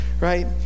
right